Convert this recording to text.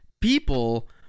people